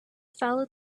followed